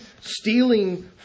stealing